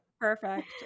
perfect